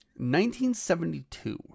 1972